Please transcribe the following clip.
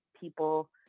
people